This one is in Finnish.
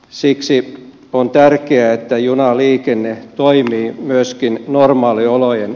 siksi on tärkeää että junaliikenne toimii myöskin normaaliolojen